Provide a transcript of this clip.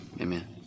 Amen